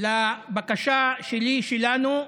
לבקשה שלי, שלנו,